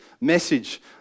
message